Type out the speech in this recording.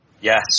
Yes